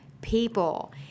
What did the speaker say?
people